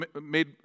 made